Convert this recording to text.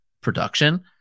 production